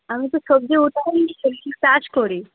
আমি তো সবজি উৎপাদন করি সবজি চাষ করি